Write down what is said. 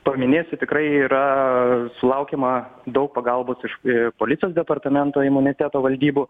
paminėsiu tikrai yra sulaukiama daug pagalbos iš policijos departamento imuniteto valdybų